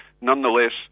nonetheless